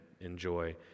enjoy